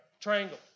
triangle